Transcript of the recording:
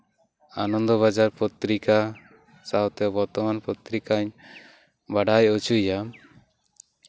ᱟᱱᱚᱱᱫᱚ ᱵᱟᱡᱟᱨ ᱯᱚᱛᱨᱤᱠᱟ ᱥᱟᱶᱛᱮ ᱵᱚᱨᱛᱚᱢᱟᱱ ᱯᱚᱛᱨᱤᱠᱟᱧ ᱵᱟᱲᱟᱭ ᱦᱚᱪᱚᱭᱮᱭᱟ